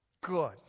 good